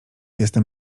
jestem